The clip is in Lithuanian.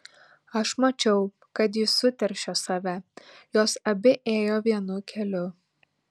aš mačiau kad ji suteršė save jos abi ėjo vienu keliu